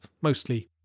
mostly